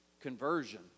conversion